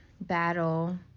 battle